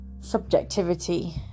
subjectivity